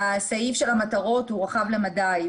הסעיף של המטרות הוא רחב למדי,